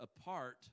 apart